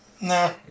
Nah